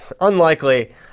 Unlikely